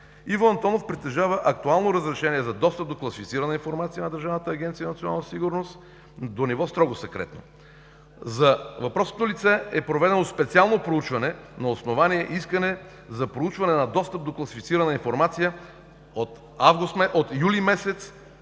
Иво Антонов притежава актуално разрешение за достъп до класифицирана информация от Държавната агенция „Национална сигурност“ до ниво „строго секретно“. За въпросното лице е проведено специално проучване на основание искане за проучване на достъп до класифицирана информация от юли месец